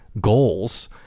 goals